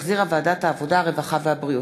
שהחזירה ועדת העבודה, הרווחה והבריאות.